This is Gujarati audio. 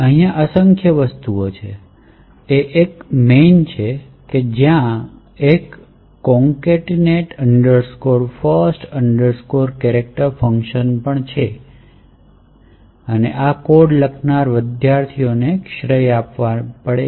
ત્યાં અસંખ્ય વસ્તુઓ છે ત્યાં એક main હતી અને ત્યાં એક concatenate first chars ફંક્શન હતું અને આ કોડ લખનારા વિદ્યાર્થીઓને શ્રેય આપવી પડશે